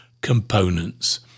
components